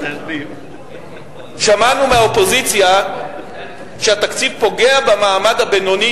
שמענו מהאופוזיציה שהתקציב פוגע במעמד הבינוני,